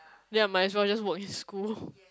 ya my son just walk in school